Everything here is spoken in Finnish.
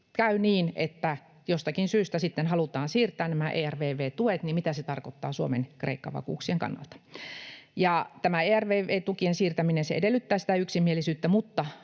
käy niin, että jostakin syystä sitten halutaan siirtää nämä ERVV-tuet, niin mitä se tarkoittaa Suomen Kreikka-vakuuksien kannalta. Tämä ERVV-tukien siirtäminen edellyttää yksimielisyyttä,